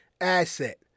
asset